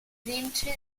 lehnte